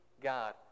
God